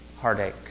heartache